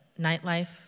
nightlife